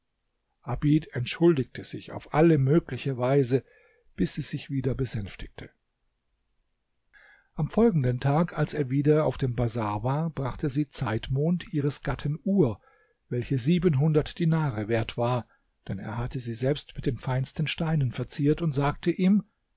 abid entschuldigte sich auf alle mögliche weise bis sie sich wieder besänftigte am folgenden tag als er wieder auf dem bazar war brachte sie zeitmond ihres gatten uhr welche siebenhundert dinare wert war denn er hatte sie selbst mit den feinsten steinen verziert und sagte ihm